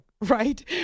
right